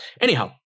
Anyhow